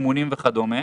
אימונים וכדומה".